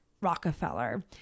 Rockefeller